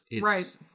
Right